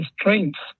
strengths